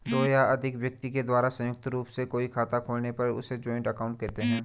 दो या अधिक व्यक्ति के द्वारा संयुक्त रूप से कोई खाता खोलने पर उसे जॉइंट अकाउंट कहते हैं